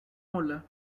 ola